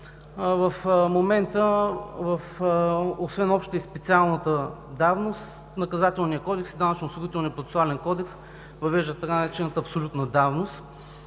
В момента, освен общата и специалната давност в Наказателния кодекс и Данъчно-осигурителния процесуален кодекс, въвеждат така наречената „абсолютна давност“.